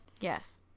yes